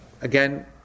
again